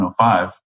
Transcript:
105